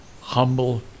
humble